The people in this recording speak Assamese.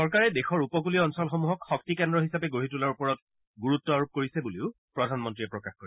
চৰকাৰে দেশৰ উপকূলীয় অঞ্চলসমূহক শক্তি কেন্দ্ৰ হিচাপে গঢ়ি তোলাৰ ওপৰত গুৰুত্ব আৰোপ কৰিছে বুলিও প্ৰধানমন্ত্ৰীয়ে প্ৰকাশ কৰে